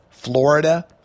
Florida